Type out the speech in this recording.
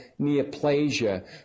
neoplasia